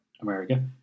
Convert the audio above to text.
america